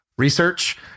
research